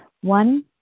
One